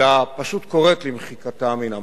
אלא פשוט קוראת למחיקתה מן המפה.